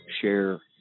share